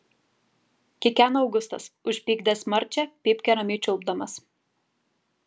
kikena augustas užpykdęs marčią pypkę ramiai čiulpdamas